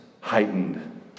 heightened